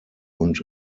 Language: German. und